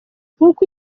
nk’uko